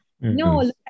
No